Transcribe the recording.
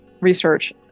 research